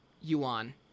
Yuan